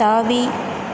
தாவி